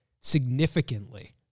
significantly